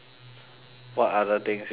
what other things you search